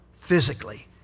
physically